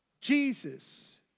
Jesus